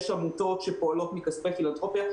יש עמותות שפועלות מכספי פילנתרופיה.